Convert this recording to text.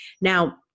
now